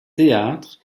théâtres